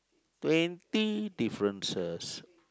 twenty differences